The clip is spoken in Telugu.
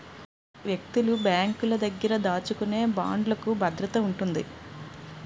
వ్యక్తులు బ్యాంకుల దగ్గర దాచుకునే బాండ్లుకు భద్రత ఉంటుంది